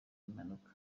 impanuka